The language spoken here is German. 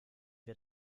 wir